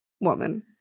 woman